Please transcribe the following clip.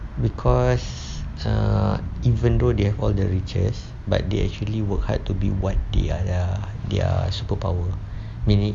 because err even though they have all the riches but they actually work hard to be what they are ya their superpower meaning